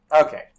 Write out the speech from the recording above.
okay